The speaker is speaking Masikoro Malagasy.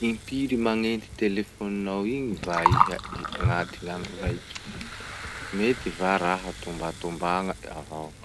Impiry magnenty téléfôninao igny va iha agnaty andro raiky? Mety va raha tombatombagna avao.